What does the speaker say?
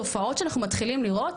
תופעות שאנחנו מתחילים לראות,